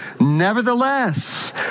nevertheless